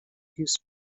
use